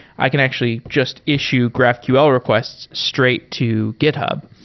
i can actually just issue graphql requests straight to github.